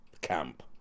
camp